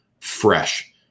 fresh